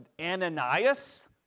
Ananias